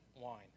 wine